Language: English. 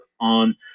on